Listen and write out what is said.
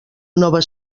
nova